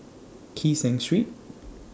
Kee Seng Street